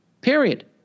Period